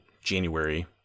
January